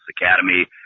Academy